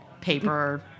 paper